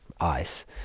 ice